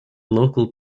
local